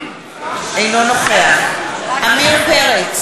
אינו נוכח עמיר פרץ,